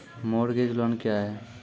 Mortgage loan क्या है?